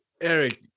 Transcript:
Eric